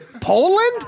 Poland